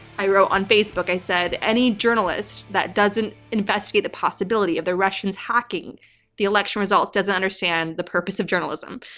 i wrote on facebook. i said, any journalist that doesn't investigate the possibility of the russians hacking the election results doesn't understand the purpose of journalism.